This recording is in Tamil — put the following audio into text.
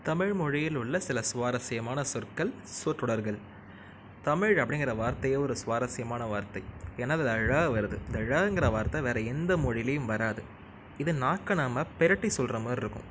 தமிழ் மொழியில் உள்ள சில சுவாரசியமான சொற்கள் சொற்றோடர்கள் தமிழ் அப்படிங்கிற வார்த்தையே ஒரு சுவாரசியமான வார்த்தை ஏன்னா அதில் ழ வருது அந்த ழங்கிற வார்த்தை வேற எந்த மொழியிலயும் வராது இது நாக்கை நாம் பெரட்டி சொல்கிற மாதிரி இருக்கும்